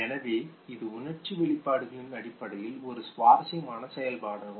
எனவே இது உணர்ச்சி வெளிப்பாடுகளின் அடிப்படையில் ஒரு சுவாரஸ்யமான செயல்பாடாகும்